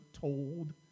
told